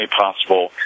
possible